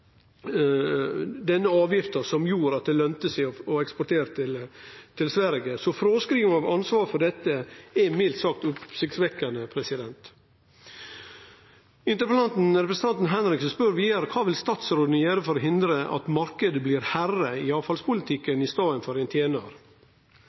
denne avgifta som gjorde at det lønte seg eksportere til Sverige. Så fråskrivinga av ansvaret for dette er mildt sagt oppsiktsvekkjande. Interpellanten, representanten Henriksen, spør vidare kva statsråden vil gjere for å hindre at marknaden blir ein herre i